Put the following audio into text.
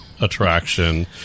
attraction